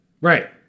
right